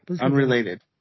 Unrelated